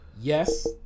yes